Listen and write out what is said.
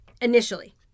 initially